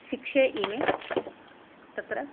शिक्षे इमे तत्र